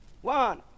One